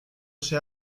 ese